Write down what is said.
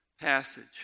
passage